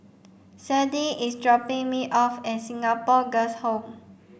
Sade is dropping me off at Singapore Girls' Home